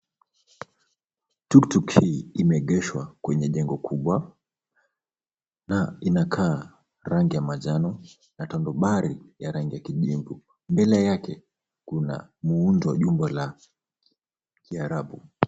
Tuktuk hii imeegeshwa kwenye jengo kubwa na inakaa rangi ya manjano na tonobari ya rangi ya kijivu, mbele yake kuna muundo jumba la kiarabu.